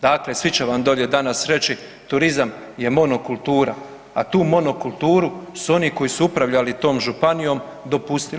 Dakle, svi će vam dolje danas reći turizam je monokultura, a tu monokulturu su oni koji su upravljati tom županijom dopustili.